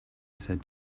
said